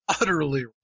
utterly